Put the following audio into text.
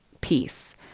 peace